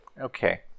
Okay